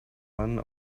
one